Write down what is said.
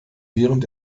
während